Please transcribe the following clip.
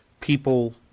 people